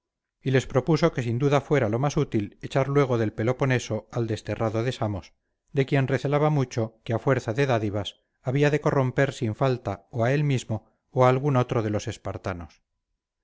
y les propuso que sin duda fuera lo más útil echar luego del peloponeso al desterrado de samos de quien recelaba mucho que a fuerza de dádivas había de corromper sin falta o a él mismo o a algún otro de los espartanos